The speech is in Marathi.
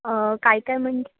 काय काय म्हण